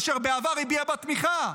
ואשר בעבר הביע בה תמיכה,